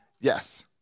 Yes